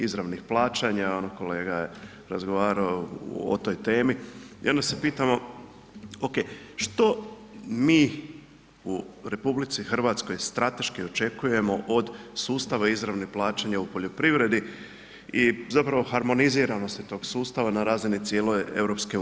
izravnih plaćanja, kolega je razgovarao o toj temi i onda se pitamo, okej, što mi u RH strateški očekujemo od sustava izravnog plaćanja u poljoprivredi i zapravo harmoniziranosti tog sustava na razini cijele EU?